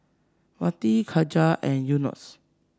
Wati Khadija and Yunos